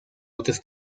otros